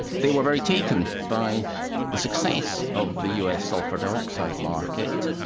they were very taken by the success of the us sulphur dioxide market,